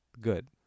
Good